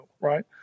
right